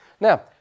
Now